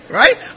right